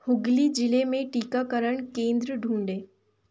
हुगली ज़िले में टीकाकरण केंद्र ढूँढें